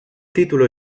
título